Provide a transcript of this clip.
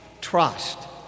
trust